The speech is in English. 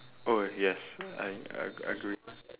oh yes I I agree